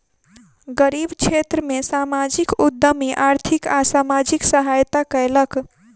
गरीब क्षेत्र में सामाजिक उद्यमी आर्थिक आ सामाजिक सहायता कयलक